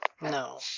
no